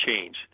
change